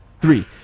three